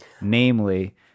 namely